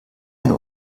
eine